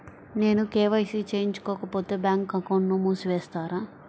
నేను కే.వై.సి చేయించుకోకపోతే బ్యాంక్ అకౌంట్ను మూసివేస్తారా?